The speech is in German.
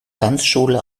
tanzschule